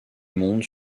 monde